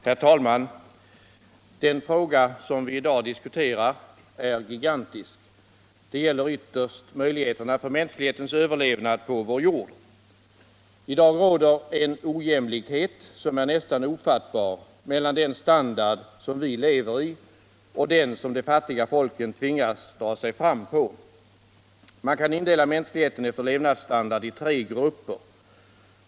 Herr talman! Den fråga som vi i dag diskuterar är gigantisk. Det gäller ytterst möjligheterna för mänsklighetens överlevnad på vår jord. I dag råder en ojämlikhet som är nästan ofattbar mellan den standard som vi lever i och den som de fattiga folken tvingas dra sig fram på. Man kan indela mänskligheten efter levnadsstandard i tre grupper.